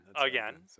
again